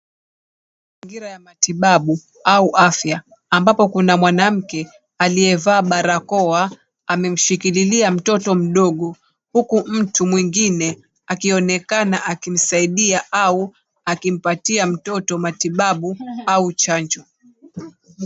Mazingira ya matibabu au afya ambapo kuna mwanamke aliyevaa barakoa amemshikilia mtoto mdogo huku mtu mwengine akionekana akimsaidia au akimpatia mtoto matibabu au chanjo.